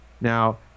Now